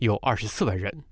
you are selected